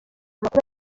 amakuru